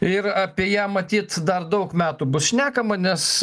ir apie ją matyt dar daug metų bus šnekama nes